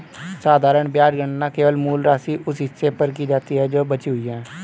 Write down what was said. साधारण ब्याज गणना केवल मूल राशि, उस हिस्से पर की जाती है जो बची हुई है